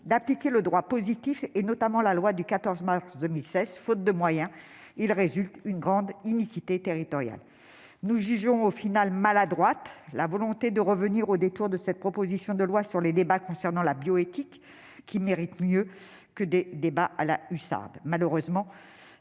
d'appliquer le droit positif, notamment la loi du 14 mars 2016. Faute de moyens, on constate une grande iniquité territoriale. Nous jugeons finalement maladroite la volonté de revenir, au détour de cette proposition de loi, sur les débats concernant la bioéthique. Ce sujet mérite mieux que des débats à la hussarde. Malheureusement,